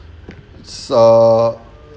so